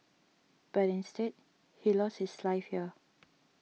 but instead he lost his life here